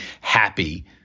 happy